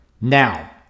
Now